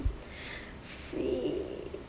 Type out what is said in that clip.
free